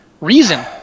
reason